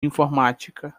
informática